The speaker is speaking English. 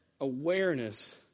awareness